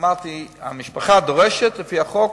אמרתי שהמשפחה דורשת לפי החוק,